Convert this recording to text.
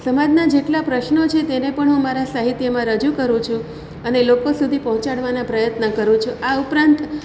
સમાજના જેટલા પ્રશ્નો છે તેને પણ હું મારા સાહિત્યમાં રજૂ કરું છું અને લોકો સુધી પહોંચાડવાના પ્રયત્ન કરું છું આ ઉપરાંત